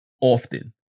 often